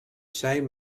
same